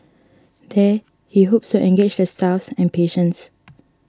there he hopes to engage the staffs and patients